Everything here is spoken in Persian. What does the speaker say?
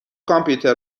کامپیوتر